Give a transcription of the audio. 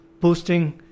boosting